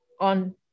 on